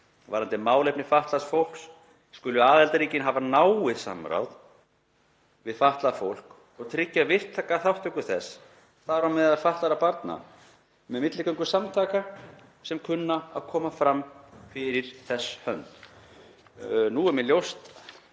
varðandi málefni fatlaðs fólks, skulu aðildarríkin hafa náið samráð við fatlað fólk og tryggja virka þátttöku þess, þar á meðal fatlaðra barna, með milligöngu samtaka sem koma fram fyrir þess hönd.““ Nú er mér ljóst